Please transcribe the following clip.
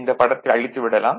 இந்த படத்தை அழித்து விடலாம்